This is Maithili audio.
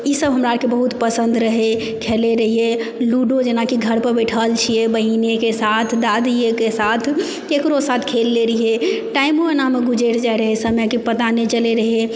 ई सभ हमरा आरके बहुत पसन्द रहै खेलै रहियै लूडो जेनाकि घर पर बैठल छियै बहिनेके साथ दादियेके साथ केकरो साथ खेललै रहियै टाइमो एनामे गुजरि जाइ रहै समयके पता नहि चलै रहै